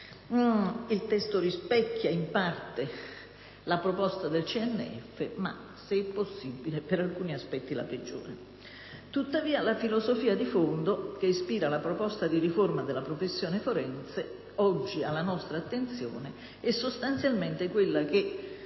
Il testo rispecchia in parte la proposta del Consiglio nazionale forense, ma, se possibile, per alcuni aspetti la peggiora. Tuttavia la filosofia di fondo che ispira la proposta di riforma della professione forense oggi alla nostra attenzione è sostanzialmente quella che